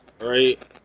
right